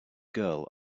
girl